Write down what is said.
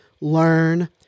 learn